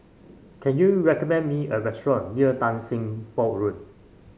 can you recommend me a restaurant near Tan Sim Boh Road